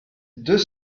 deux